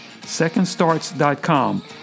secondstarts.com